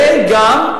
וגם,